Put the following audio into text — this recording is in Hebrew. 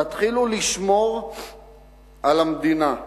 תתחילו לשמור על המדינה.